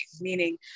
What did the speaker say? meaning